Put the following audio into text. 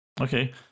Okay